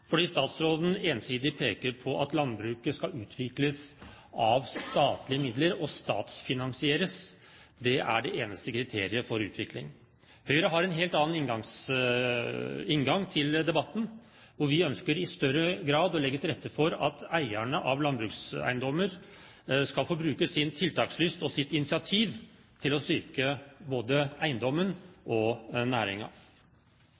fordi statsråden ensidig peker på at landbruket skal utvikles av statlige midler og statsfinansieres. Det er det eneste kriteriet for utvikling. Høyre har en helt annen inngang til debatten. Vi ønsker i større grad å legge til rette for at eierne av landbrukseiendommer skal få bruke sin tiltakslyst og sitt initiativ til å styrke både